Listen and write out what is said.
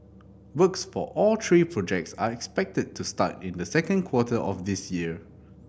works for all three projects are expected to start in the second quarter of this year